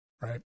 Right